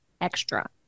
extra